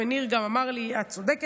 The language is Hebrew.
וגם ניר אמר לי: את צודקת,